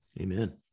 Amen